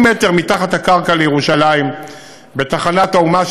80 מטר מתחת הקרקע בתחנת האומה,